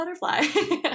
butterfly